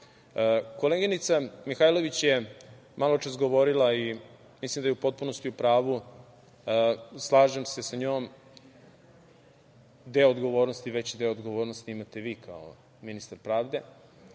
govorimo. Koleginica Mihajlović je maločas govorila, i mislim da je u potpunosti u pravu, slažem se sa njom, deo odgovornosti, veći deo odgovornosti imate vi kao ministar pravde,